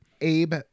Abe